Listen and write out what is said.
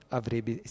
avrebbe